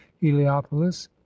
heliopolis